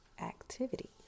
activity